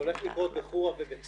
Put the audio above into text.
זה הולך לקרות בחורה ובכסייפה.